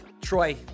Troy